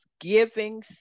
giving